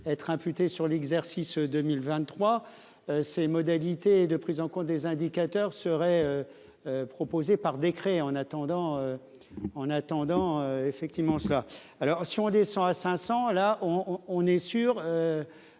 être imputés sur l'exercice 2023. Ces modalités de prise en compte des indicateurs seraient. Proposés par décret en attendant. En attendant, effectivement cela. Alors si on descend à 500 là on, on est sûr.